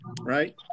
right